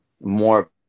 more